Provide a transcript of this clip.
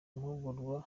amahugurwa